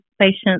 patients